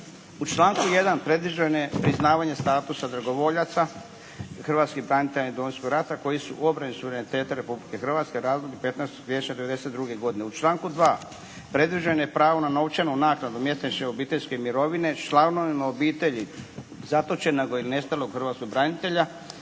U članku 1. predviđene priznavanja statusa dragovoljaca hrvatskih branitelja Domovinskog rata koji su obrani suvereniteta Republike Hrvatske u razdoblju 15. siječnja '92. godine. U članku 2. predviđeno je pravo na novčanu naknadu mjesečne obiteljske mirovine članovima obitelji zatočenog i nestalog hrvatskog branitelja